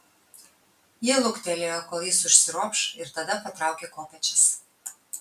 ji luktelėjo kol jis užsiropš ir tada patraukė kopėčias